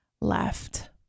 left